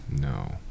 no